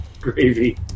Gravy